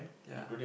ya